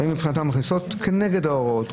הן מבחינתן מכניסות כנגד ההוראות,